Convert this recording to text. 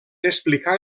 explicar